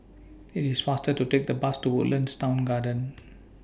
IT IS faster to Take The Bus to Woodlands Town Garden